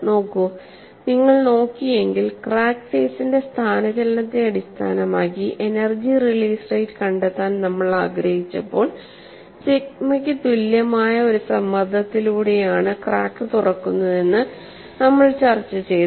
നോക്കൂ നിങ്ങൾ നോക്കിയെങ്കിൽ ക്രാക്ക് ഫേസിന്റെ സ്ഥാനചലനത്തെ അടിസ്ഥാനമാക്കി എനർജി റിലീസ് റേറ്റ് കണ്ടെത്താൻ നമ്മൾ ആഗ്രഹിച്ചപ്പോൾ സിഗ്മയ്ക്ക് തുല്യമായ ഒരു സമ്മർദ്ദത്തിലൂടെയാണ് ക്രാക്ക് തുറക്കുന്നതെന്ന് നമ്മൾ ചർച്ച ചെയ്തു